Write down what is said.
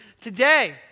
Today